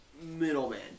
middleman